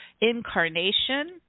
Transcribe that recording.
incarnation